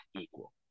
equal